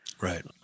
Right